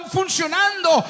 funcionando